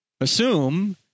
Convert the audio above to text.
assume